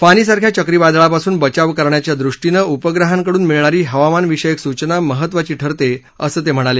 फानी सारख्या चक्रीवादळापासून बचाव करण्याच्या दृष्टीनं उपग्रहांकडून मिळणारी हवामान विषयक सूचना महत्त्वाची ठरते असं ते म्हणाले